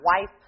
wife